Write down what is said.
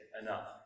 enough